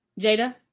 jada